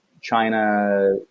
China